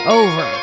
over